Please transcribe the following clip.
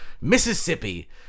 Mississippi